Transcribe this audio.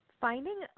finding